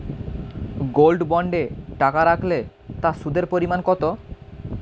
Gold বন্ডে টাকা রাখলে তা সুদের পরিমাণ কত?